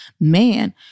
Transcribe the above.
man